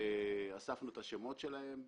אספנו את השמות שלהם,